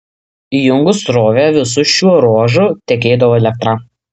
įjungus srovę visu šiuo ruožu tekėdavo elektra